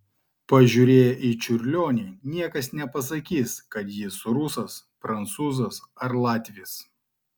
pažiūrėję į čiurlionį niekas nepasakys kad jis rusas prancūzas ar latvis